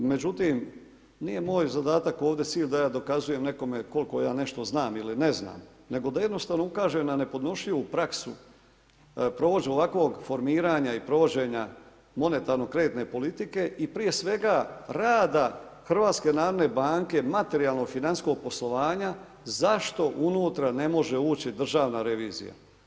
Međutim nije moj zadatak ovdje cilj da ja dokazujem nekome koliko ja nešto znam ili ne znam, nego da jednostavno ukažem na nepodnošljivu praksu formiranja i provođenja monetarno kreditne politike i prije svega rada HNB materijalno financijskog poslovanja zašto unutra ne može ući državna revizija.